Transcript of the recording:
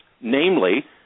namely